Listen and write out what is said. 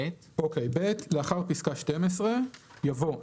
"(ב)לאחר פסקה (12) יבוא,